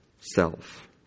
self